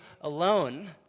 alone